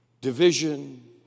division